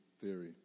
theory